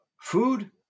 food